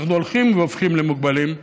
אנחנו הולכים והופכים למוגבלים.